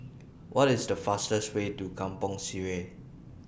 What IS The fastest Way to Kampong Sireh